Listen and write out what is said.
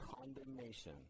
condemnation